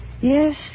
Yes